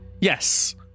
Yes